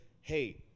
hey